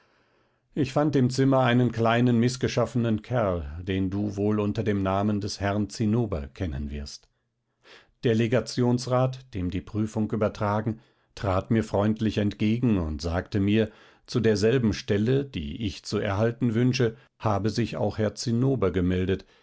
ich fand im zimmer einen kleinen mißgeschaffenen kerl den du wohl unter dem namen des herrn zinnober kennen wirst der legationsrat dem die prüfung übertragen trat mir freundlich entgegen und sagte mir zu derselben stelle die ich zu erhalten wünsche habe sich auch herr zinnober gemeldet